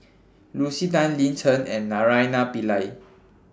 Lucy Tan Lin Chen and Naraina Pillai